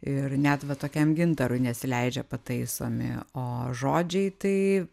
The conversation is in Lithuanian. ir net va tokiam gintarui nesileidžia pataisomi o žodžiai tai